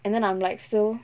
and then I'm like still